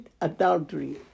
adultery